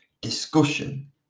discussion